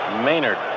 Maynard